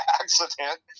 accident